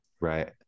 Right